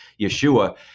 Yeshua